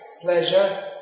pleasure